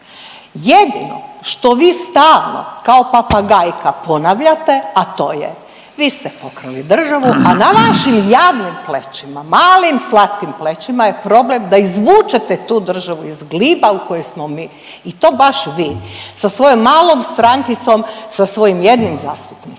Jedino što vi stalno kao papagajka ponavljate, a to je vi ste pokrali državi, a na vašim jadnim plećima, malim, slatkim plećima je da izvučete tu državu iz gliba u koji smo mi i to baš vi sa svojom malom strankicom, sa svojim jednim zastupnikom.